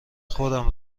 خودم